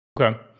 Okay